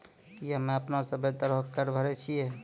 कि अपने सभ्भे तरहो के कर भरे छिये?